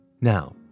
Now